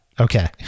Okay